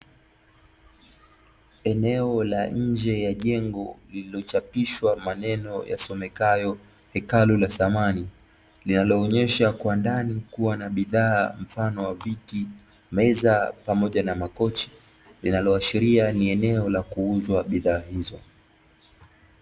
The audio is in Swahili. Eneo la nje ya jengo, lililochapishwa maneno yasomekayo "Hekalu la samani", linaloonyesha kwa ndani kuwa na bidhaa mfano wa viti, meza, pamoja na makochi, linaloashiria ni eneo la kuuzwa bidhaa hizo.